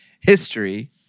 history